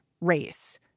race